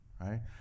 Right